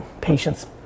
patience